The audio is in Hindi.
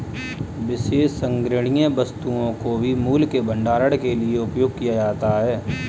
विशेष संग्रहणीय वस्तुओं को भी मूल्य के भंडारण के लिए उपयोग किया जाता है